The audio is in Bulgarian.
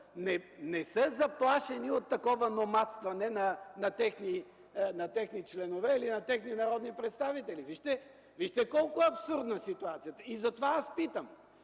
не са заплашени от такова номадстване на техни членове или на техни народни представители. Вижте колко е абсурдна ситуацията! Затова аз питам: